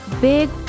big